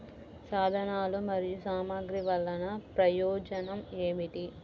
సాధనాలు మరియు సామగ్రి వల్లన ప్రయోజనం ఏమిటీ?